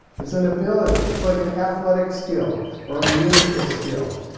it's an ability, it's like an athletic skill or a musical skill,